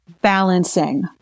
balancing